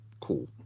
Cool